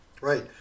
Right